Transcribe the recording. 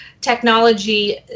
technology